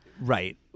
right